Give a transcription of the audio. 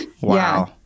Wow